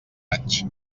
raig